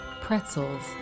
pretzels